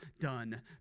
done